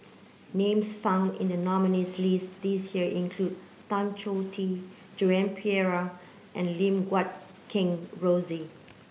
names found in the nominees' list this year include Tan Choh Tee Joan Pereira and Lim Guat Kheng Rosie